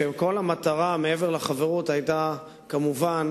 כשכל המטרה, מעבר לחברות, היתה כמובן